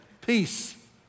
peace